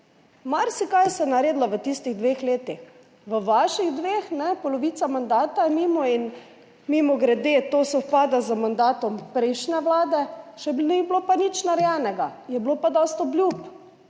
Marsikaj se je naredilo v tistih dveh letih. V vaših dveh, polovica mandata je mimo – in mimogrede, to sovpada z mandatom prejšnje vlade –, še ni bilo pa nič narejenega. Je bilo pa dosti obljub.